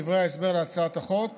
בדברי ההסבר להצעת החוק